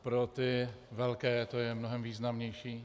Pro ty velké to je mnohem významnější.